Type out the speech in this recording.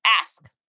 ask